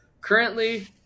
currently